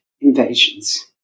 invasions